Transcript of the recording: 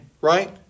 Right